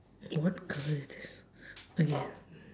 what colour is this okay